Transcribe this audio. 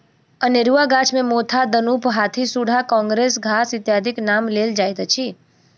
अनेरूआ गाछ मे मोथा, दनुफ, हाथीसुढ़ा, काँग्रेस घास इत्यादिक नाम लेल जाइत अछि